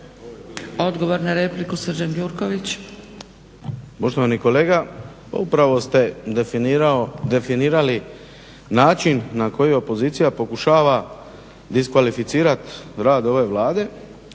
Odgovor na repliku, Srđan Gjurković.